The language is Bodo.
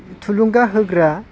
थुलुंगा होग्रा